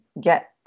get